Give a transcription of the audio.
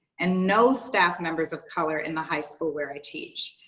and no staff members of color in the high school where i teach.